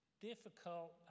difficult